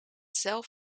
zelf